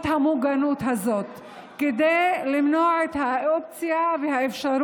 המוגנות הזאת כדי למנוע את האפשרות